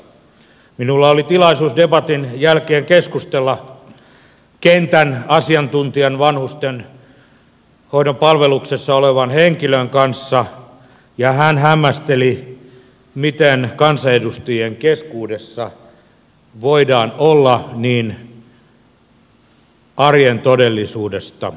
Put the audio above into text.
minulla oli tilaisuus debatin jälkeen keskustella kentän asiantuntijan vanhustenhoidon palveluksessa olevan henkilön kanssa ja hän hämmästeli miten kansanedustajien keskuudessa voidaan olla niin arjen todellisuudesta vieraantuneita